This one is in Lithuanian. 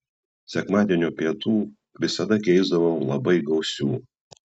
sekmadienio pietų visada geisdavau labai gausių